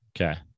Okay